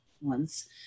ones